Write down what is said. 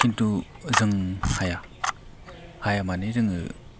खिन्थु जों हाया हाया माने जोङो